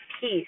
peace